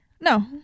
No